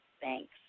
Thanks